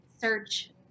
search